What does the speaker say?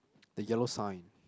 the yellow sign